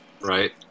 right